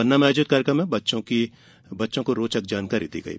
पन्ना में आयोजित कार्यक्रम में बच्चों की रोचक जानकारी दी गई